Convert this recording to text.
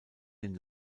den